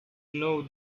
know